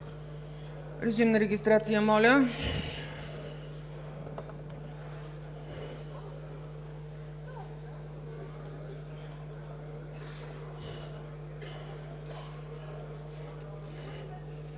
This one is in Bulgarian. Режим на регистрация, моля.